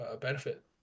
benefit